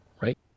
right